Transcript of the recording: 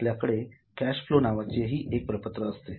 आपल्याकडे cash flow नावाचे हि एक प्रपत्र असते